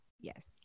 yes